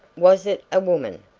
was it a woman?